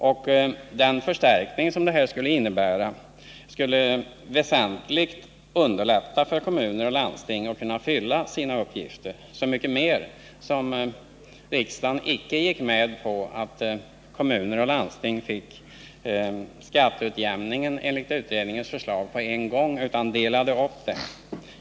Den av oss föreslagna förstärkningen skulle väsentligt underlätta för kommuner och landsting att fullgöra sina uppgifter. Detta är så mycket mer viktigt som riksdagen icke gick med på att kommuner och landsting skulle få skatteutjämningen på en gång, som utredningen på detta område föreslog, utan delade upp den.